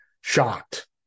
shocked